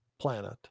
planet